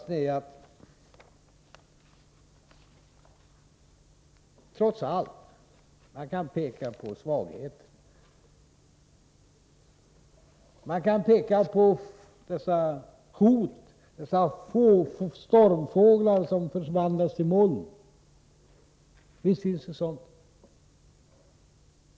Den andra slutsatsen: Man kan peka på svagheter, på dessa hot, dessa stormfåglar som förvandlas till moln. Visst finns sådant.